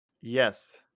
Yes